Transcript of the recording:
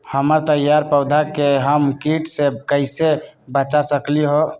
हमर तैयार पौधा के हम किट से कैसे बचा सकलि ह?